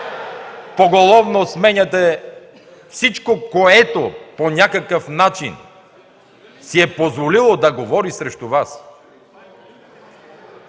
поголовно сменяте всичко, което по някакъв начин си е позволило да говори срещу Вас.